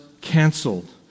canceled